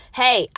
hey